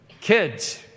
kids